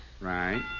Right